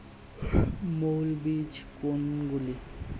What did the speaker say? মৌল বীজ কোনগুলি?